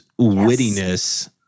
wittiness